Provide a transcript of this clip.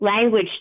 language